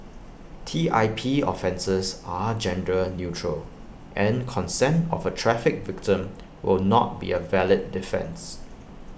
T I P offences are gender neutral and consent of A trafficked victim will not be A valid defence